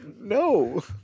No